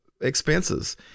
expenses